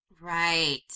Right